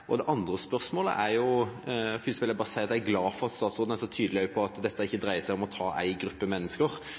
gjelder det andre spørsmålet, vil jeg først bare si at jeg er glad for at statsråden er så tydelig på at dette ikke dreier seg om å ta ei gruppe mennesker.